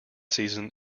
season